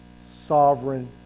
sovereign